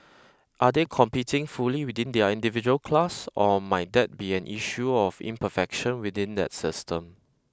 are they competing fully within their individual class or might that be an issue of imperfection within that system